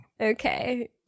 Okay